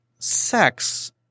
sex